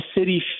city